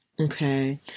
Okay